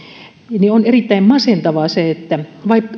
että on erittäin masentavaa se että